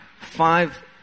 five